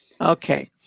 Okay